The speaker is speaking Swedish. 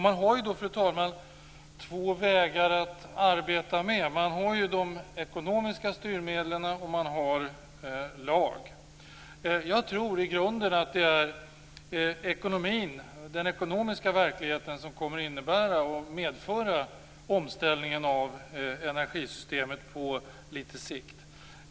Man har två vägar att arbeta med. Man har de ekonomiska styrmedlen, och man har lagen. Jag tror i grunden att det är den ekonomiska verkligheten som kommer att medföra en omställning av energisystemet på litet sikt.